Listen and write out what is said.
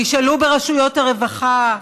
תשאלו ברשויות הרווחה.